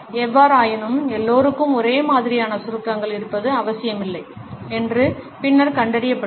எவ்வாறாயினும் எல்லோருக்கும் ஒரே மாதிரியான சுருக்கங்கள் இருப்பது அவசியமில்லை என்று பின்னர் கண்டறியப்பட்டது